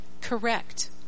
Correct